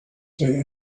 say